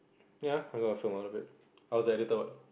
ya I got a film out of it I was the editor what